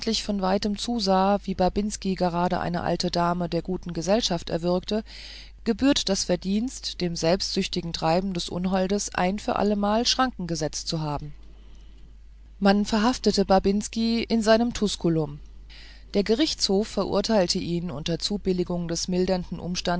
von weitem zusah wie babinski gerade eine alte dame der guten gesellschaft erwürgte gebührt das verdienst dem selbstsüchtigen treiben des unholdes ein für allemal schranken gesetzt zu haben man verhaftete babinski in seinem tuskulum der gerichtshof verurteilte ihn unter zubilligung des mildernden